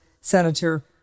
Senator